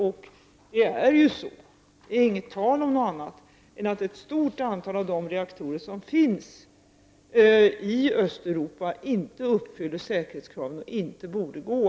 Det är inget tal om något annat än att ett stort antal av de reaktorer som finns i Östeuropa inte uppfyller säkerhetskraven och inte borde gå.